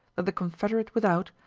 that the confederate without,